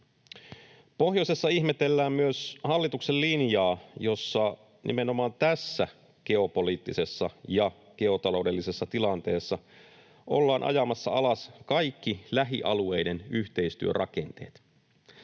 Pohjoisessa ihmetellään myös hallituksen linjaa, jossa nimenomaan tässä geopoliittisessa ja geotaloudellisessa tilanteessa ollaan ajamassa alas kaikki lähialueiden yhteistyörakenteet.